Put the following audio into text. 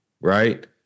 right